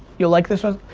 you'll like this one,